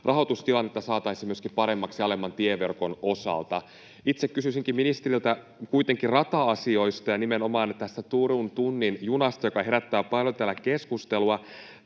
rahoitustilannetta saataisiin paremmaksi myöskin alemman tieverkon osalta. Itse kysyisin ministeriltä kuitenkin rata-asioista ja nimenomaan tästä Turun tunnin junasta, joka herättää täällä paljon keskustelua,